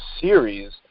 series